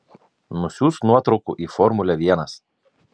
nusiųsk nuotraukų į formulę vienas